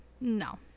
no